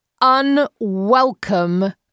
unwelcome